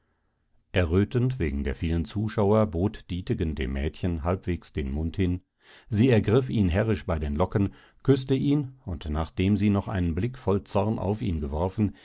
errötend wegen der vielen zuschauer bot dietegen dem mädchen halbwegs den mund hin sie ergriff ihn herrisch bei den locken küßte ihn und nachdem sie noch einen blick voll zorn auf ihn geworfen